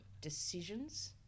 decisions